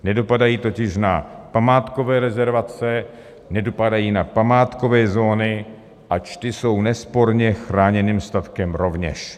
Nedopadají totiž na památkové rezervace, nedopadají na památkové zóny, ač ty jsou nesporně chráněným statkem rovněž.